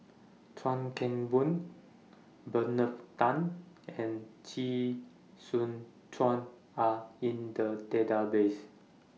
Chuan Keng Boon Tan and Chee Soon Are in The Database